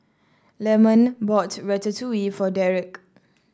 Lemon bought Ratatouille for Dereck